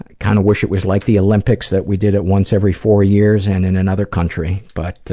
kind of wish it was like the olympics, that we did it once every four years and in another country. but.